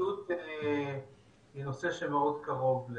נגישות זה נושא שהוא מאוד קרוב